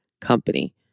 company